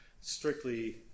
strictly